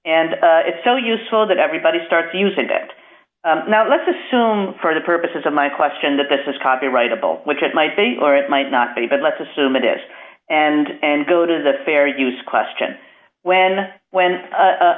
and it's so useful that everybody starts using it now let's assume for the purposes of my question that this is copyrightable which it might be or it might not be but let's assume it is and and go it is a fair use question when when